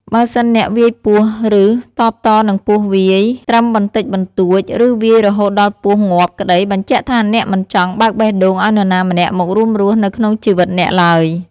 បើសិនអ្នកវាយពស់ឬតបតនឹងពស់វាយ ត្រឹមបន្តិចបន្តួចឬវាយរហូតដល់ពស់ងាប់ក្តីបញ្ជាក់ថាអ្នកមិនចង់ បើកបេះដូងឲ្យនរណាម្នាក់មករួមរស់នៅក្នុងជីវិតអ្នកឡើយ។